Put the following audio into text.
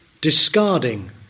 discarding